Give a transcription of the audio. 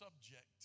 subject